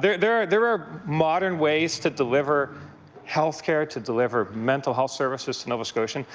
there there are modern ways to deliver health care, to deliver mental health services to nova scotians.